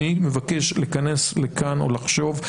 אני מבקש לכנס לכאן או לחשוב,